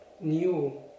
new